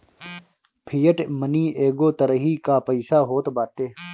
fiat money एगो तरही कअ पईसा होत बाटे